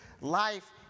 life